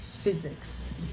physics